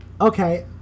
Okay